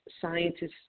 scientists